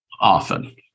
often